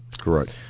Correct